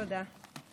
תודה.